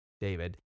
David